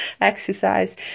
exercise